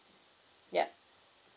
ya